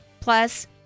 plus